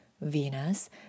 Venus